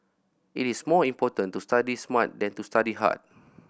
it is more important to study smart than to study hard